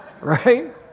right